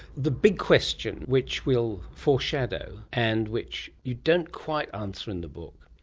the big question which we'll foreshadow, and which you don't quite answer in the book,